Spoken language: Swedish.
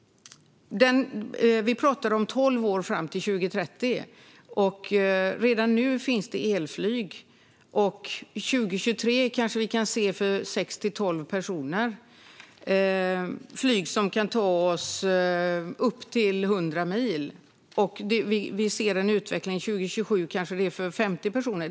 Det är tolv år fram till 2030. Redan nu finns elflyg, och 2023 kan vi se plan som tar 6-12 personer och kan flyga upp till 100 mil. Vi kan se en utveckling där det 2027 kan finnas flygplan för 50 personer.